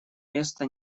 место